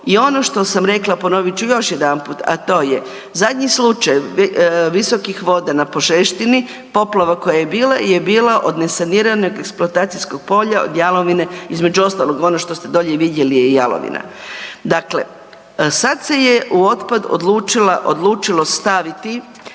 I ono što sam rekla ponovit ću još jedanput, a to je zadnji slučaj visokih voda na Požeštini, poplava koja je bila je bila od nesaniranog eksploatacijskog polja od jalovine, između ostalog ono što ste dolje i vidjeli je jalovina. Dakle, sad se je u otpad odlučilo staviti